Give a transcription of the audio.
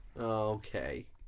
okay